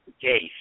case